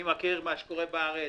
אני מכיר את מה שקורה בארץ.